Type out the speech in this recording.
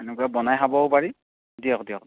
সেনেকৈ বনাই খাবও পাৰি দিয়ক দিয়ক